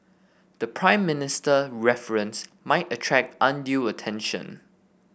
the Prime Minister reference might attract undue attention